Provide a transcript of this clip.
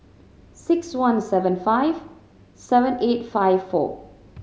six one seven five seven eight five four